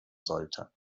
sollte